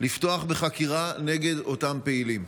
לפתוח בחקירה נגד אותם פעילים?